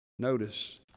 Notice